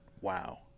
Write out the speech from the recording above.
Wow